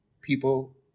people